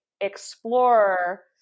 explore